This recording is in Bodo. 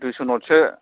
दुइस' नट सो